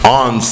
on